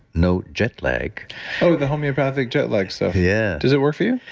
no jet lag oh, the homeopathic jet lag stuff yeah does it work for you?